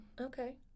Okay